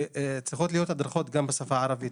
וצריכות להיות הדרכות גם בשפה הערבית.